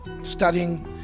studying